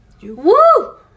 Woo